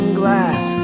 glass